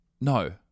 No